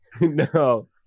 no